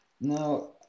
Now